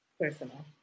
personal